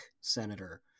senator